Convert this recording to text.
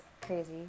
crazy